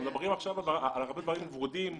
אנחנו מדברים עכשיו על הרבה דברים ורודים,